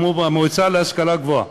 כמו במועצה להשכלה גבוהה,